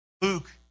Luke